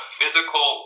physical